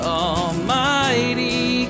almighty